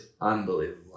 unbelievable